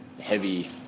heavy